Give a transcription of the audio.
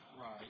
right